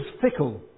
fickle